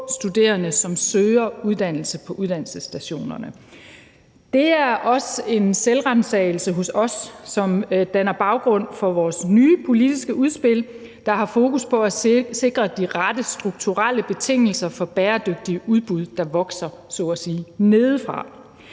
få studerende, som søger uddannelse på uddannelsesstationerne. Det er også en selvransagelse hos os, som danner baggrund for vores nye politiske udspil, der har fokus på at sikre de rette strukturelle betingelser for bæredygtige udbud, der så at sige vokser nedefra.